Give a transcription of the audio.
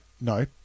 no